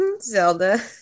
Zelda